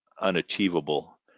unachievable